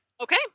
Okay